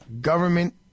government